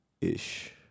ish